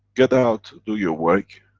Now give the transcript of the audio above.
get out, do your work,